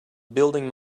building